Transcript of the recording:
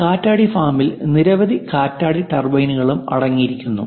ഒരു കാറ്റാടി ഫാമിൽ നിരവധി കാറ്റാടി ടർബൈനുകളും അടങ്ങിയിരിക്കുന്നു